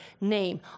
name